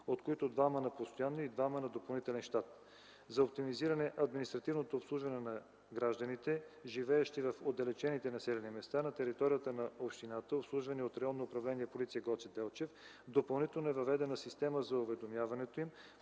от които двама на постоянен и двама на допълнителен щат. За оптимизиране административното обслужване на гражданите, живеещи в отдалечените населени места на територията на общината, обслужвани от Районно управление „Полиция” – Гоце Делчев, допълнително е въведена система за уведомяването им